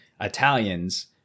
italians